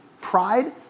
Pride